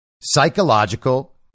psychological